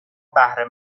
بهره